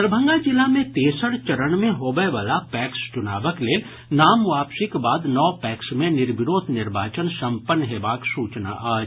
दरभंगा जिला मे तेसर चरण मे होबयवला पैक्स चुनावक लेल नाम वापसीक बाद नओ पैक्स मे निर्विरोध निर्वाचन संपन्न हेबाक सूचना अछि